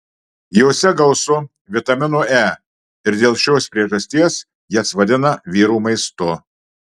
jose gausu vitamino e ir dėl šios priežasties jas vadina vyrų maistu